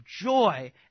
joy